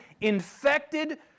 infected